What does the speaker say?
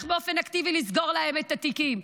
באופן אקטיבי לסגור להם את התיקים.